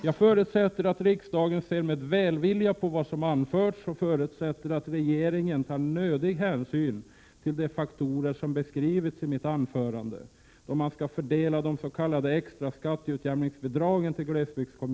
Jag förutsätter att riksdagen ser med välvilja på vad som anförts och att regeringen tar nödig hänsyn till de faktorer som beskrivits i mitt anförande, då man skall fördela de s.k. extra skatteutjämningsbidragen till glesbygds Prot.